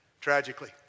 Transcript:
Tragically